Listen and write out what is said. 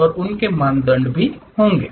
और उनके मानदंड भी होंगे